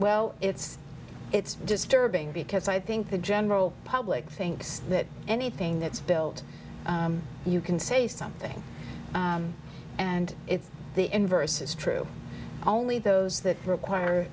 well it's it's disturbing because i think the general public thinks that anything that's built you can say something and it's the inverse is true only those that require